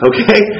Okay